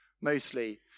mostly